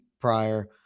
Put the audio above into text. prior